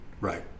right